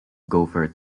gopher